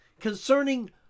Concerning